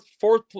fourth